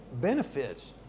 benefits